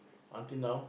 until now